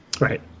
right